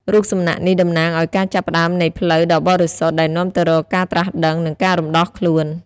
រូបសំណាកនេះតំណាងឱ្យការចាប់ផ្តើមនៃផ្លូវដ៏បរិសុទ្ធដែលនាំទៅរកការត្រាស់ដឹង និងការរំដោះខ្លួន។